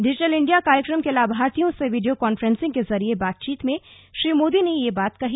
digital India कार्यक्रम के लाभार्थियों से वीडियो कान्फ्रेंसिंग के जरिये बातचीत में श्री मोदी ने यह बात कही